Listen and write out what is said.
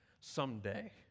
someday